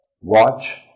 watch